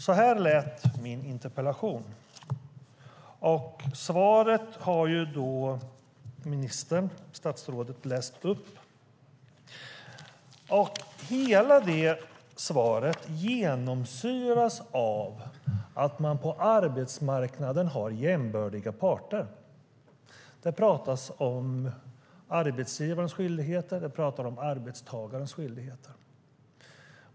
Så här lät det i min interpellation, och svaret har statsrådet läst upp. Hela svaret genomsyras av att man på arbetsmarknaden har jämbördiga parter. Det talas om arbetsgivarens skyldigheter och om arbetstagarens skyldigheter.